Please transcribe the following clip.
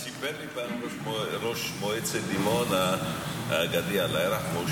--- ראש מועצת דימונה האגדי, אללה ירחמו,